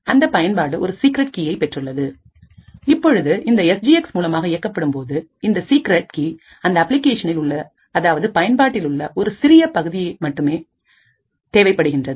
அந்த பயன்பாடு ஒரு சீக்ரெட் கீயை பெற்றுள்ளது இப்பொழுது இந்த எஸ் ஜி எக்ஸ்மூலமாக இயக்கப்படும்போது இந்த சீக்ரெட் கீ அந்த அப்ளிகேஷனில் உள்ள அதாவது பயன்பாட்டிலுள்ள ஒரு சிறிய பகுதி மட்டுமே தேவைப்படுகின்றது